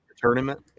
tournament